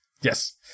Yes